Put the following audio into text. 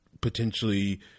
potentially